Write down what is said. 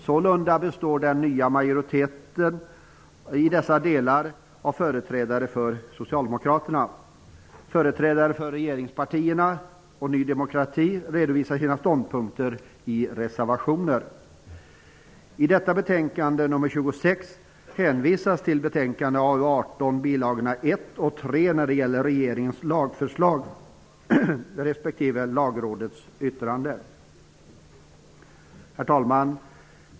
Sålunda består den nya majoriteten i dessa delar av företrädare för Socialdemokraterna. Företrädare för regeringspartierna och Ny demokrati redovisar sina ståndpunkter i reservationer. Herr talman!